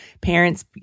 parents